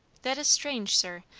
that is strange, sir.